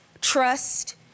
trust